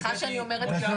סליחה שאני אומרת,